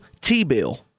T-bill